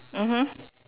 mmhmm